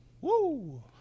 Woo